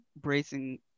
bracing